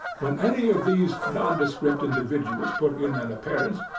when any of these nondescript individuals put in an appearance,